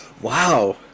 Wow